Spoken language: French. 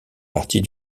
partie